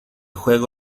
juego